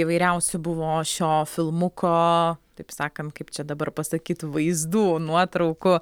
įvairiausių buvo šio filmuko taip sakant kaip čia dabar pasakyt vaizdų nuotraukų